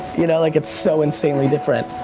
you know? like it's so insanely different.